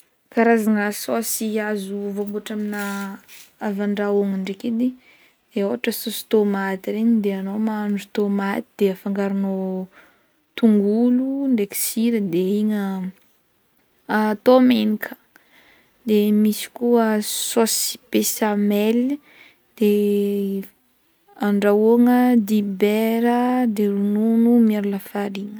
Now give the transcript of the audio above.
Karazagna saosy azo voambotra amnah avy andrahona draiky edy de ohatra saosy tomaty regny de ano mahandro tomaty de afangaronao tongolo ndraiky sira de igny ato menaka de misy koa saosy besamely de andrahogna dibera de ronono miaro lafarina.